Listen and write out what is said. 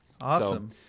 Awesome